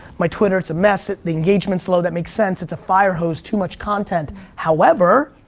my twitter's a mess, the engagement's low that makes sense, it's a fire hose, too much content. however,